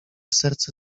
serce